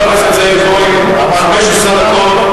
חבר הכנסת זאב בוים, 15 דקות.